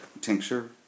tincture